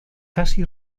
casi